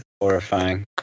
horrifying